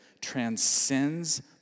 transcends